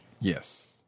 Yes